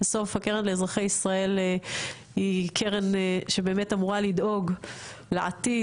בסוף הקרן לאזרחי ישראל היא קרן שאמורה באמת לדאוג לעתיד,